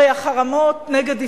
הרי החרמות נגד ישראל,